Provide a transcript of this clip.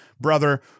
brother